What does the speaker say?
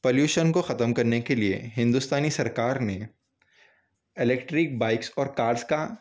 pollution کو ختم کرنے کے لئے ہندوستانی سرکار نے الیکٹرک بائیکس اور کارس کا